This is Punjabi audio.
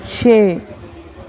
ਛੇ